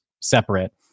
separate